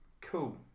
cool